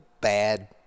bad